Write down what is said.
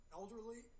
elderly